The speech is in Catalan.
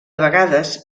vegades